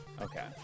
Okay